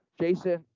Jason